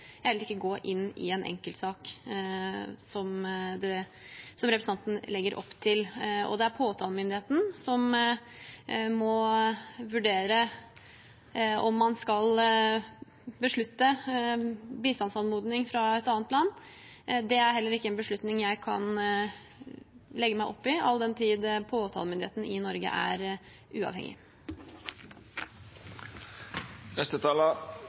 gå inn i en enkeltsak, som representanten legger opp til. Det er påtalemyndigheten som må vurdere om man skal beslutte med hensyn til bistandsanmodning fra et annet land. Det er heller ikke en beslutning jeg kan legge meg opp i, all den tid påtalemyndigheten i Norge er uavhengig.